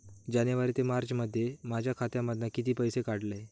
जानेवारी ते मार्चमध्ये माझ्या खात्यामधना किती पैसे काढलय?